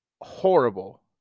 horrible